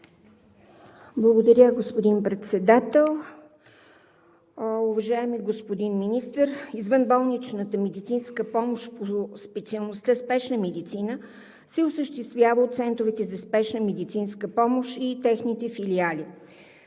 Благодаря, господин Председател. Уважаеми господин Министър, извънболничната медицинска помощ по специалността „Спешна медицина“ се осъществява от центровете за спешна медицинска помощ и техните филиали.